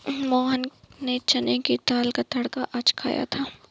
मोहन ने चने की दाल का तड़का आज खाया था